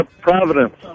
Providence